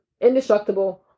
indestructible